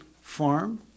Farm